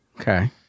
Okay